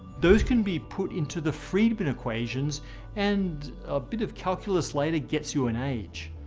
those can be put into the friedman equations and a bit of calculus later gets you an age.